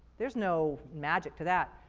there's no magic to that.